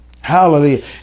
Hallelujah